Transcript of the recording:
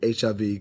HIV